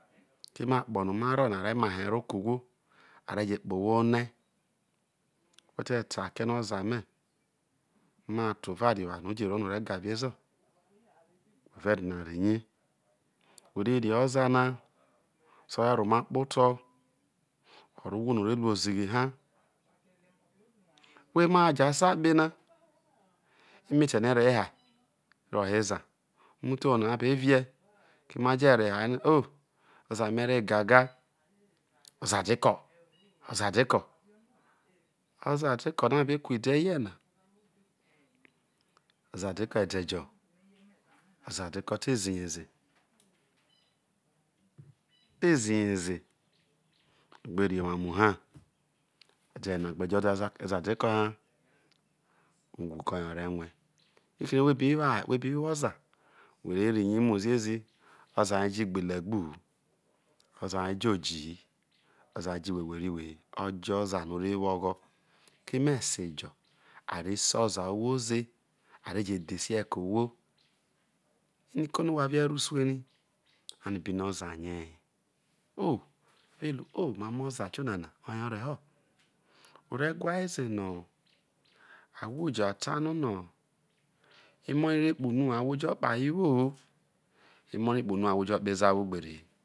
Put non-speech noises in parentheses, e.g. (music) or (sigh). Keme akpo no̱ marro na no̱ marro̱ na re mahe aroke̱ owho, a re je kpo owho ho nie wheteta ta kpe no̱ oza me̱ ma tova rri oware no̱ o̱je̱ro o̱re̱ gaviezo̱ wha ve dina rri ne whe re rri oza na so̱ o̱ re̱ romakpoto̱, o̱ rro ohwo no̱ ore ru ozighi ha (noise) whao emajo̱ asa kpe na emete̱ no̱ ereho ai roho ezae umuthobor a na a be rie keme aje̱ rehe ai oni oh o̱za me̱ re gaga o̱ za deko̱ o̱za deko no̱ abi kulde̱ hie na, o̱ za deko ede jo oza deko te zihe ze te zihe ze o gberu oma mu ha e̱de yena gbe jo̱ o̱za deko ha uwho koye o̱ re̱ rue fiki ere whe biwo aya whebi wo oza where ru rie mu ziezhoza ra jo iwhwheri whe he ojo oza no ore wo ogho keme esejo a rese oza ohwo ze̱ a je dhesei ke̱ ohwo ino ko ono wha vie gbe rro usu ere ano bino oza rie he o ove ru o̱ omamo oza tiona o̱ oye o̱ reho o̱ re whae zeno ahwojo a tu no̱ no no̱ emo rai re kpoho unuwoi ohwojo̱ kpoho̱ aye woho emo̱ rai kpoho̱ unuwou ohwo jo kpoho̱ o̱zu wo gbere